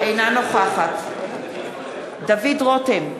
אינה נוכחת דוד רותם,